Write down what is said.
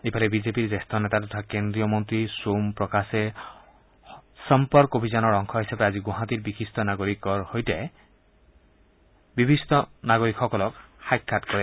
ইফালে বিজেপিৰ জ্যেষ্ঠ নেতা তথা কেন্দ্ৰীয় মন্ত্ৰী সোম প্ৰকাশে সম্পৰ্ক অভিযানৰ অংশ হিচাপে আজি গুৱাহাটীত বিশিষ্ট নাগৰিকসকলৰ সাক্ষাৎ কৰে